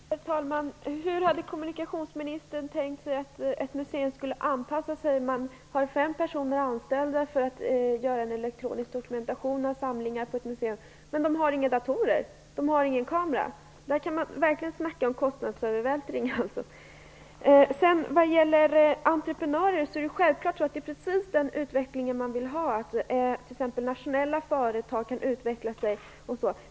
Herr talman! Hur har kommunikationsministern tänkt sig att ett museum, som har fem personer anställda för att göra en elektronisk dokumentation av samlingar, skall kunna anpassa sig när de inte har några datorer och ingen kamera? Här kan man verkligen tala om kostnadsövervältring. Vad gäller entreprenörer är det självfallet precis den utveckling man vill ha, t.ex. att nationella företag kan utvecklas.